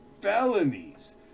felonies